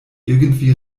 irgendwie